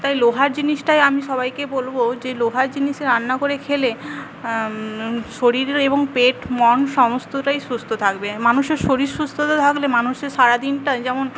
তাই লোহার জিনিসটাই আমি সবাইকে বলবো যে লোহার জিনিসে রান্না করে খেলে শরীর এবং পেট মন সমস্তটাই সুস্থ থাকবে মানুষের শরীর সুস্থতা থাকলে মানুষের সারাদিনটা যেমন